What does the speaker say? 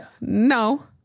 No